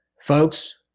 folks